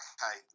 Okay